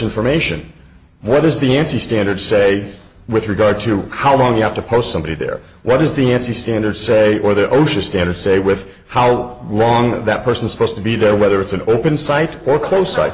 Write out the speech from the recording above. information what is the answer standard say with regard to how long you have to post somebody there what is the n c standard say or the osha standard say with how well wrong that person is supposed to be there whether it's an open site or close